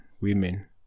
women